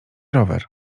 rower